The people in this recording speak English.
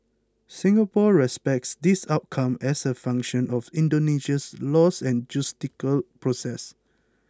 Singapore respects this outcome as a function of Indonesia's laws and judicial process